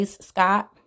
Scott